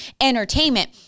entertainment